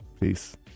Peace